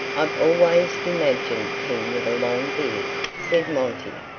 i've always imagined him with a long beard, said monty,